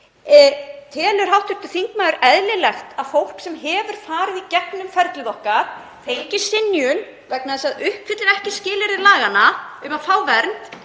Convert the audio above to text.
Telur hv. þingmaður eðlilegt að fólk sem hefur farið í gegnum ferlið okkar, fengið synjun vegna þess að það uppfyllir ekki skilyrði laganna um að fá vernd,